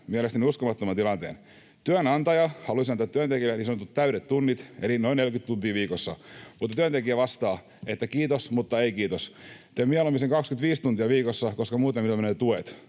mielestäni uskomattoman tilanteen. Työnantaja haluaisi antaa työntekijälle niin sanotut täydet tunnit, eli noin 40 tuntia viikossa, mutta työntekijä vastaa, että ”kiitos, mutta ei kiitos, teen mieluummin sen 25 tuntia viikossa, koska muuten minulta menee tuet”